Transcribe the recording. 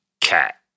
Cat